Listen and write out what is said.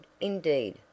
indeed